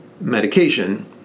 medication